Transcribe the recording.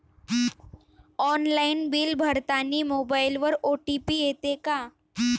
Online bill भरतानी मोबाईलवर OTP येते का?